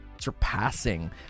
surpassing